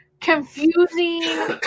confusing